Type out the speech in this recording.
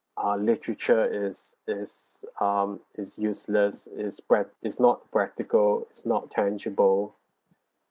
ah literature is is um is useless is prap~ it's not practical it's not tangible